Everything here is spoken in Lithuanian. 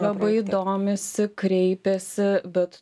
labai domisi kreipiasi bet